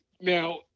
now